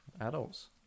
adults